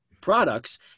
products